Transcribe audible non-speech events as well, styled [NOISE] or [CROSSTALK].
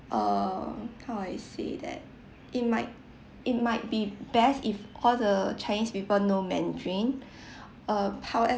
uh how I say that it might it might be best if all the chinese people know mandarin [BREATH] uh